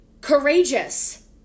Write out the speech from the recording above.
courageous